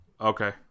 Okay